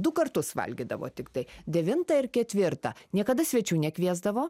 du kartus valgydavo tiktai devintą ir ketvirtą niekada svečių nekviesdavo